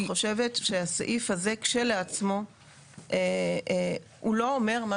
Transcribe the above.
אני חושבת שהסעיף הזה כשלעצמו לא אומר את מה